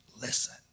Listen